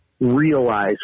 realize